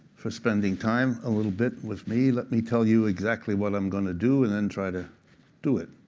for spending time, a little bit, with me. let me tell you exactly what i'm going to do, and then try to do it.